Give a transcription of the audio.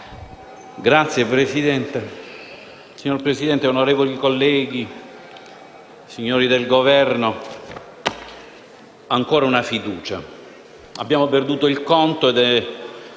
*(CoR)*. Signor Presidente, onorevoli colleghi, signori del Governo, ancora una fiducia. Abbiamo perduto il conto del